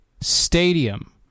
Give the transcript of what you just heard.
stadium